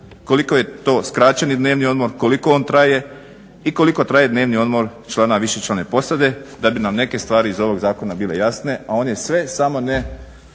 koliko je to skraćeni dnevni odmor, koliko on traje i koliko traje dnevni odmor člana višečlane posade da bi nam neke stvari iz ovog zakona bile jasne, a on je samo ne